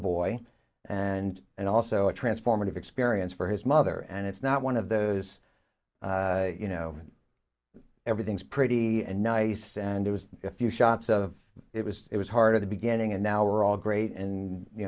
boy and and also a transformative experience for his mother and it's not one of those you know everything's pretty and nice and it was a few shots of it was it was hard at the beginning and now we're all great and you